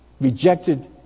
rejected